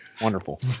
Wonderful